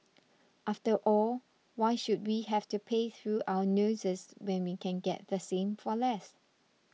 after all why should we have to pay through our noses when we can get the same for less